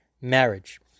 marriage